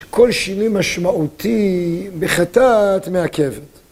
כל שינוי משמעותי בחטאת מעכבת.